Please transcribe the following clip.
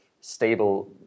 stable